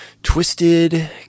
Twisted